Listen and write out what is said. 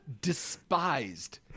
despised